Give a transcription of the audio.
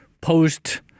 post